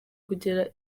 kugera